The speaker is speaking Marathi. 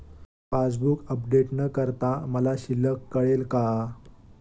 पासबूक अपडेट न करता मला शिल्लक कळेल का?